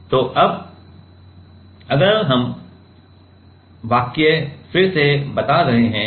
तो अब अगर हम वाक्य फिर से बता रहे हैं